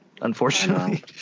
unfortunately